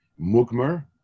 Mugmer